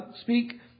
speak